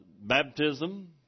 baptism